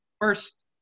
first